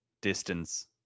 distance